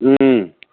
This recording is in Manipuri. ꯎꯝ